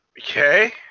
Okay